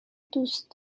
دوست